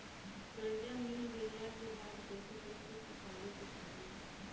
कर्जा मिल गईला के बाद कैसे कैसे चुकावे के पड़ी?